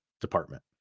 department